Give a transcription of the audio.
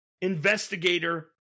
investigator